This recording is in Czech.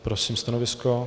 Prosím stanovisko.